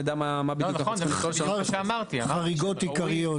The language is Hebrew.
שנדע מה בדיוק --- חריגות עיקריות.